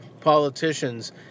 politicians